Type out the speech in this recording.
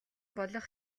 болох